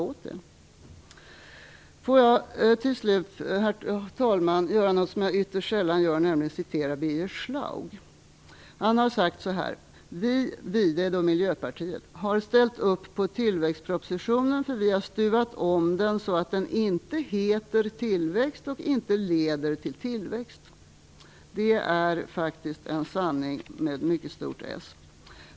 Låt mig till slut, herr talman, göra något som jag ytterst sällan gör, nämligen att citera Birger Schlaug. Han har sagt så här: Vi - det är då Miljöpartiet - har ställt upp på tillväxtpropositionen för vi har stuvat om den så att den inte heter tillväxt och inte leder till tillväxt. Det är faktiskt en sanning med mycket stort S.